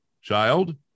child